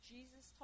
Jesus